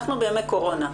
אנחנו בימי קורונה.